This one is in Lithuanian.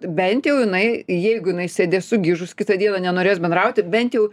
bent jau jinai jeigu jinai sėdės sugižus kitą dieną nenorės bendrauti bent jau